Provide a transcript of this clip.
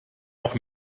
auch